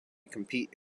compete